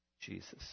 Jesus